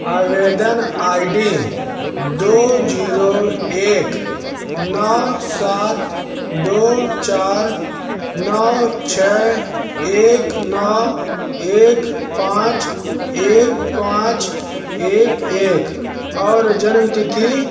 आवेदन I D दो zero एक नौ सात दो चार नौ छः एक नौ एक पाँच एक पाँच एक एक और जन्म तिथि